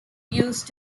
used